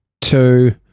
two